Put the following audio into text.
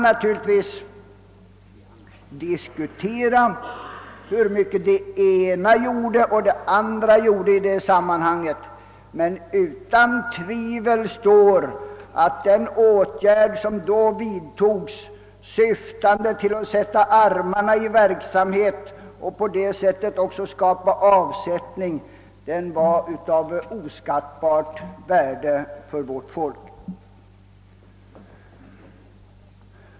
Naturligtvis kan vi diskutera hur mycket det ena och det andra verkade i det sammanhanget. Men utom tvivel står att de åtgärder som vidtogs, syftande till att sätta armarna i verksamhet och på det sättet även skapa avsättning för produktionen, var av oskattbart värde för vårt folk.